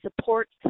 supports